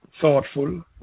thoughtful